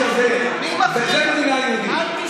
החופש הזה בשל המדינה יהודית.